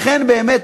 האמת,